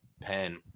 pen